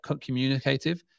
communicative